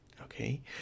Okay